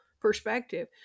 perspective